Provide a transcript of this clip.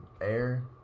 air